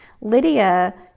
Lydia